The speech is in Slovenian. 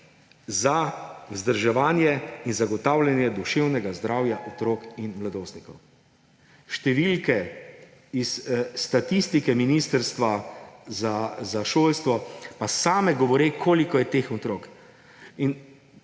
za vzdrževanje in zagotavljanje duševnega zdravja otrok in mladostnikov. Številke iz statistike Ministrstva za šolstvo pa same govore, koliko je teh otrok.